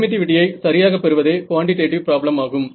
பெர்மிட்டிவிட்டியை சரியாக பெறுவதே quantitative problem ஆகும்